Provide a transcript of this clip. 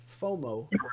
FOMO